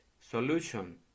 solution